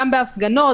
גם בהפגנות,